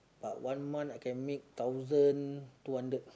but one month I can make thousand two hundred